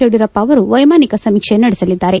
ಯುಡಿಯೂರಪ್ಪ ಅವರು ವೈಮಾನಿಕ ಸಮೀಕ್ಷೆ ನಡೆಸಲಿದ್ದಾರೆ